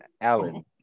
Alan